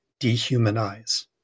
dehumanize